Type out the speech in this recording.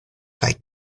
kaj